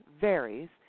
varies